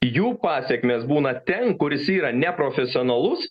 jų pasekmės būna ten kuris yra neprofesionalus